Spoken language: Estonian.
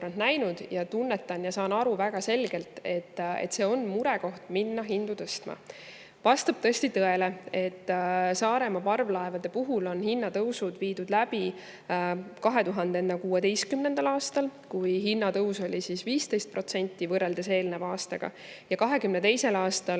näinud ja tunnetan ja saan aru väga selgelt, et see on murekoht minna hindu tõstma. Vastab tõesti tõele, et Saaremaa parvlaevade puhul on hinnatõusud viidud läbi 2016. aastal, kui hinnatõus oli 15% võrreldes eelneva aastaga, ja 2022. aastal,